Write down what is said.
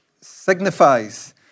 signifies